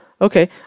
okay